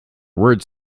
words